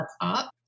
up